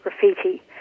graffiti